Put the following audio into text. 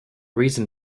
reason